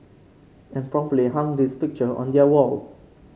and promptly hung his picture on their wall